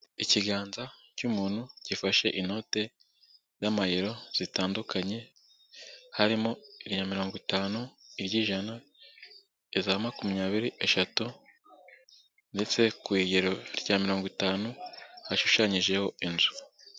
Ikiganza cy'umuntu gifashe inote z'amayero zitandukanye, harimo iya mirongo itanu, iy'ijana, iza makumyabiri eshatu ndetse ku iyero rya mirongo itanu hashushanyijeho inzu.